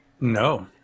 No